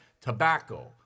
Tobacco